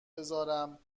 بذارم